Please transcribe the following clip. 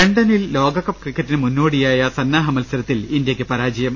ലണ്ടനിൽ ലോകകപ്പ് ക്രിക്കറ്റിന് മുന്നോടിയായ സന്നാഹ മത്സരത്തിൽ ഇന്ത്യയ്ക്ക് പരാജയം